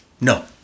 No